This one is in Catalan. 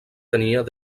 tenien